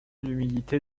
l’humidité